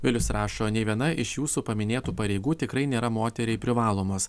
vilius rašo nei viena iš jūsų paminėtų pareigų tikrai nėra moteriai privalomos